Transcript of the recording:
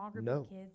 no